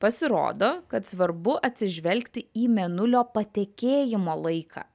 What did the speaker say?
pasirodo kad svarbu atsižvelgti į mėnulio patekėjimo laiką